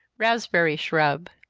raspberry shrub.